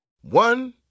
One